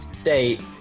state